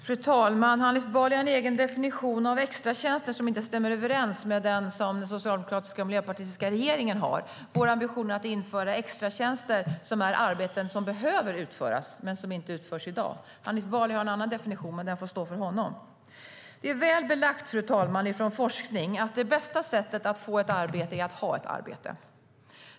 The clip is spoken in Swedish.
Fru talman! Hanif Bali har en egen definition av extratjänster som inte stämmer överens med den som den socialdemokratiska och miljöpartistiska regeringen har. Vår ambition är att införa extratjänster som är arbeten som behöver utföras men som inte utförs i dag. Hanif Bali har en annan definition, men den får stå för honom. Det är väl belagt genom forskning att det bästa sättet att få ett arbete är att ha ett arbete.